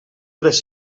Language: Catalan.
tres